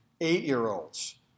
eight-year-olds